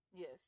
Yes